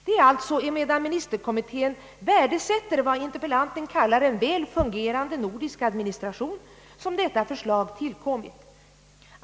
Det är alltså emedan ministerkommittén värdesätter vad interpellanten kallar en väl fungerande nordisk administration som detta förslag tillkommit.